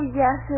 yes